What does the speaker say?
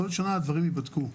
כל שנה הדברים ייבדקו.